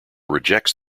rejects